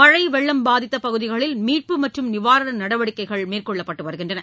மழை வெள்ளம் பாதித்த பகுதிகளில் மீட்பு மற்றும் நிவாரண நடவடிக்கைகள் மேற்கொள்ளப்பட்டு வருகின்றன